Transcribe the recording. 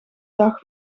dag